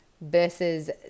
versus